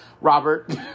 Robert